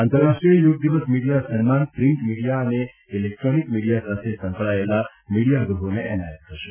આંતરરાષ્ટ્રીય યોગ દિવસ મીડિયા સન્માન પ્રિન્ટ મીડિયા અને ઇલેક્ટ્રોનિક મિડીયા સાથે સંકળાયેલા મીડિયા ગ્રહોને એનાયત થશે